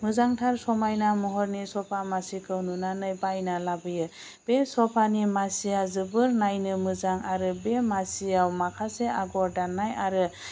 मोजांथार समायना महरनि सपा मासिखौ नुनानै बायना लाबोयो बे सपानि मासिया जोबोर नायनो मोजां आरो बे मासियाव माखासे आगर दान्नाय आरो